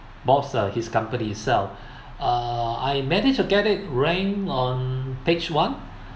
boss uh his company itself uh I managed to get it rank on page one